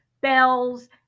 bells